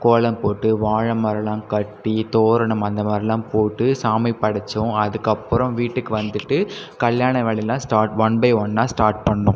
கோலம் போட்டு வாழைமரம்லாம் கட்டி தோரணம் அந்த மாதிரிலாம் போட்டு சாமிக்கு படச்சோம் அதற்கப்பறம் வீட்டுக்கு வந்துவிட்டு கல்யாண வேலைலாம் ஸ்டார்ட் ஒன் பை ஒன்னாக ஸ்டார்ட் பண்ணோம்